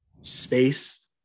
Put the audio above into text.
space